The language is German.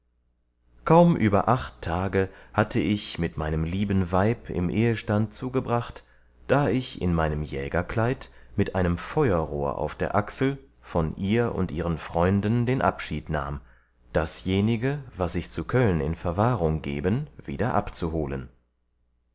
kaum über acht tage hatte ich mit meinem lieben weib im ehestand zugebracht da ich in meinem jägerkleid mit einem feuerrohr auf der achsel von ihr und ihren freunden den abschied nahm dasjenige was ich zu köln in verwahrung geben wieder abzuholen